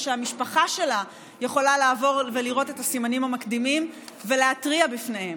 ושהמשפחה שלה יכולה לעבור ולראות את הסימנים המקדימים ולהתריע בגינם,